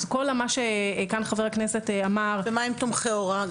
אז כל מה שחבר הכנסת אמר --- ומה עם תומכי הוראה?